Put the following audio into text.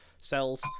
cells